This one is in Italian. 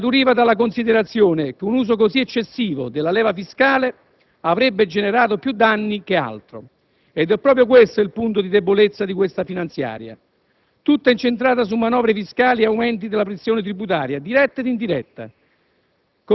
scaturiva dalla considerazione che un uso così eccessivo della leva fiscale avrebbe generato più danni che altro. Ed è proprio questo il punto di debolezza di questa finanziaria, tutta incentrata su manovre fiscali e aumenti della pressione tributaria, diretta e indiretta;